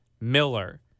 Miller